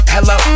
Hello